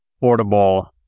portable